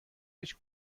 هیچ